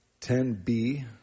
10b